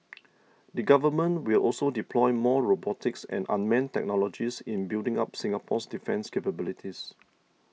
the Government will also deploy more robotics and unmanned technologies in building up Singapore's defence capabilities